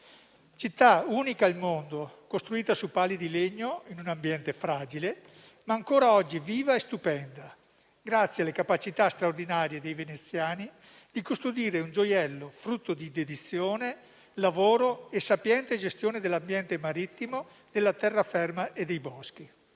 città unica al mondo, costruita su pali di legno in un ambiente fragile, ma ancora oggi viva e stupenda, grazie alle capacità straordinarie dei veneziani di custodire un gioiello frutto di dedizione, lavoro e sapiente gestione dell'ambiente marittimo, della terraferma e dei boschi.